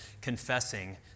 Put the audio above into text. confessing